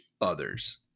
others